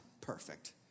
perfect